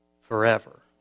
forever